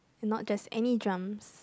and not just any drums